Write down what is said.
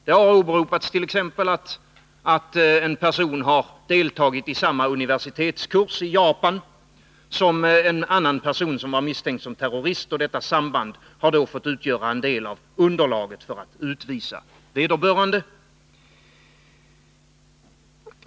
Det har t.ex. åberopats att en person har deltagit i samma universitetskurs i Japan som en annan person som var misstänkt som terrorist, och detta samband har fått utgöra en del av underlaget för att utvisa vederbörande.